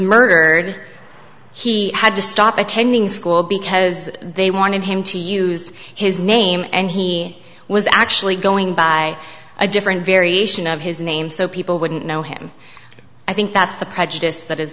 murdered he had to stop attending school because they wanted him to use his name and he was actually going by a different variation of his name so people wouldn't know him i think that's the prejudice that is